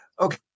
Okay